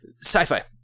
sci-fi